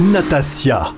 Natasha